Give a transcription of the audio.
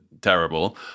terrible